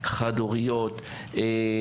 חד-הוריות,